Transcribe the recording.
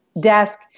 desk